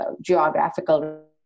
geographical